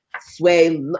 sway